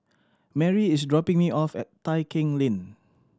Mary is dropping me off at Tai Keng Lane